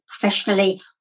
professionally